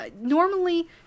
normally